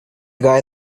guy